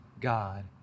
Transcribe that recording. God